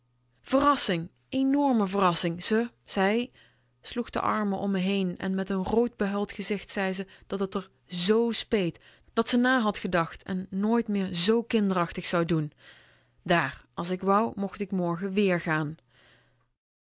verrassing enorme verrassing ze zij sloeg de armen om me heen en met n rood behuild gezicht zei ze dat t r z o o s p e e t dat ze na had gedacht nooit meer zoo kinderachtig zou doen daar als ik wou mocht ik morgen